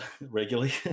regularly